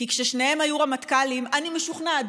כי כששניהם היו רמטכ"לים אני משוכנעת,